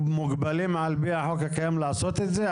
מוגבלים על פי החוק הקיים לעשות את זה?